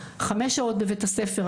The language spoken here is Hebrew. חמש שעות בבית הספר,